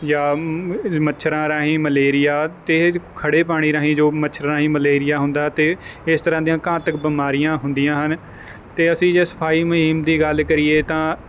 ਜਾਂ ਮੱਛਰਾਂ ਰਾਹੀਂ ਮਲੇਰੀਆ ਤੇਹਜ ਖੜ੍ਹੇ ਪਾਣੀ ਰਾਹੀਂ ਜੋ ਮੱਛਰ ਰਾਹੀਂ ਮਲੇਰੀਆ ਹੁੰਦਾ ਅਤੇ ਇਸ ਤਰ੍ਹਾਂ ਦੀਆਂ ਘਾਤਕ ਬਿਮਾਰੀਆਂ ਹੁੰਦੀਆਂ ਹਨ ਅਤੇ ਅਸੀਂ ਜੇ ਸਫਾਈ ਮੁਹਿੰਮ ਦੀ ਗੱਲ ਕਰੀਏ ਤਾਂ